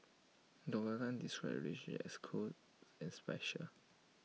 Doctor Tan described the relations as close as special